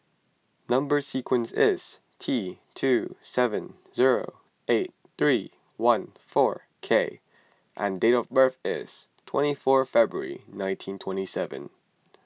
Number Sequence is T two seven zero eight three one four K and date of birth is twenty four February nineteen twenty seven